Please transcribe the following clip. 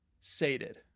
sated